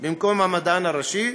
במקום המדען הראשי,